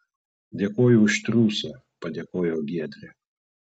dėkoju už triūsą padėkojo giedrė